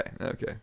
Okay